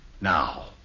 Now